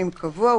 אם קבוע,